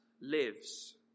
lives